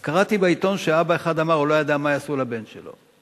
אז קראתי בעיתון שאבא אחד אמר שהוא לא ידע מה יעשו לבן שלו.